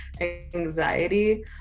anxiety